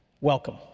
Welcome